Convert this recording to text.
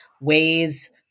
ways